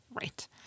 Right